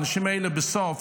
האנשים האלה בסוף,